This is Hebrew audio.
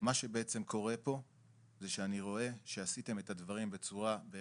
מה שבעצם קורה פה זה שאני רואה שעשיתם את הדברים בהחלט